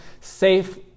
safe